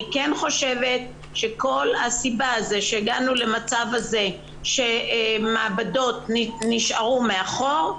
אני כן חושבת שכל הסיבה שהגענו למצב הזה שמעבדות נשארו מאחור,